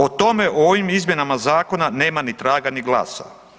O tome u ovim izmjenama zakona nema ni traga ni glasa.